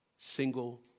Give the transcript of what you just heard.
Single